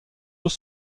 eaux